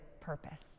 purpose